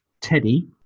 Teddy